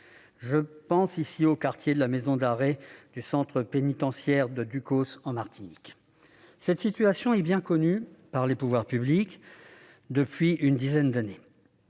Je pense ici au quartier de la maison d'arrêt du centre pénitentiaire de Ducos en Martinique. Cette situation est bien connue des pouvoirs publics depuis une dizaine d'années.